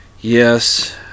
Yes